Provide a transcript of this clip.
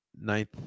ninth